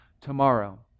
tomorrow